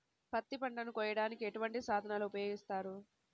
పత్తి పంటను కోయటానికి ఎటువంటి సాధనలు ఉపయోగిస్తారు?